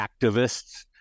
activists